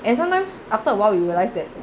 and sometimes after a while you realize that